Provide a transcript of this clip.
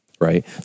right